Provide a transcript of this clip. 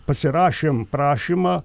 pasirašėm prašymą